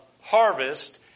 harvest